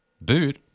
boot